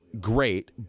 Great